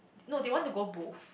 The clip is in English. no they want to go both